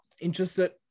interested